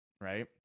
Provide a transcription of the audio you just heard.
right